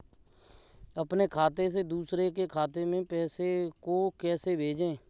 अपने खाते से दूसरे के खाते में पैसे को कैसे भेजे?